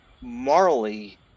morally